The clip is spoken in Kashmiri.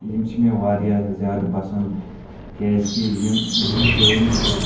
یِم چھِ مےٚ واریاہ زیادٕ پسنٛد کیٛازِ کہِ یِم یِہٕنٛز شٲعری چھِ